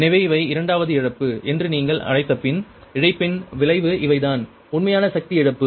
எனவே இவை இரண்டாவது இழப்பு என்று நீங்கள் அழைத்தபின் இழப்பின் விளைவு இவைதான் உண்மையான சக்தி இழப்பு